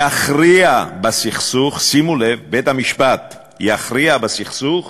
יכריע בסכסוך, שימו לב, בית-המשפט יכריע בסכסוך,